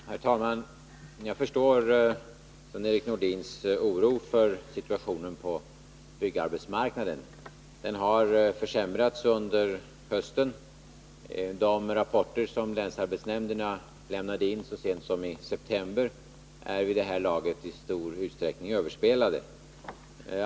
Herr talman! Jag förstår Sven-Erik Nordins oro för situationen på byggarbetsmarknaden. Den har försämrats under hösten. De rapporter som länsarbetsnämnderna lämnade in så sent som i september är vid det här laget i stor utsträckning överspelade.